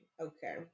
okay